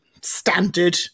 standard